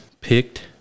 picked